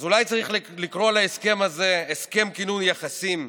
אז אולי צריך לקרוא להסכם הזה הסכם כינון יחסים,